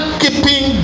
keeping